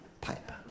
Pipe